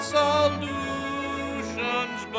solutions